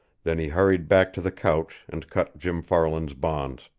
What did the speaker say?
then he hurried back to the couch and cut jim farland's bonds.